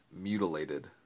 mutilated